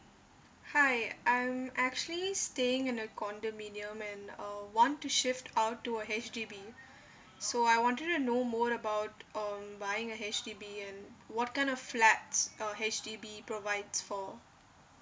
hi I'm actually staying in a condominium and uh want to shift out to a H_D_B so I wanted to know more about um buying a H_D_B and what kind of flats uh H_D_B provides for